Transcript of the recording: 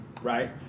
Right